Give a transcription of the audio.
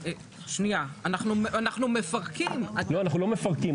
אנחנו מפרקים --- לא, אנחנו לא מפרקים.